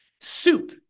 soup